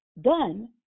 done